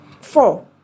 Four